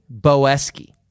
Boesky